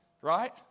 Right